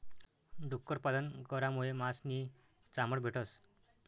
डुक्कर पालन करामुये मास नी चामड भेटस